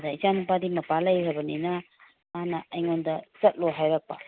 ꯑꯗ ꯏꯆꯥ ꯅꯨꯄꯥꯗꯤ ꯃꯄꯥꯟ ꯂꯩꯒ꯭ꯔꯕꯅꯤꯅ ꯃꯥꯅ ꯑꯩꯉꯣꯟꯗ ꯆꯠꯂꯣ ꯍꯥꯏꯔꯛꯄ